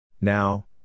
Now